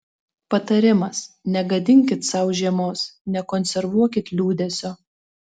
patarimas negadinkit sau žiemos nekonservuokit liūdesio